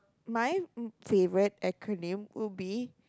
my favorite acronym would be